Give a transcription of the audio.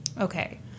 Okay